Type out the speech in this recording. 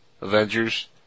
Avengers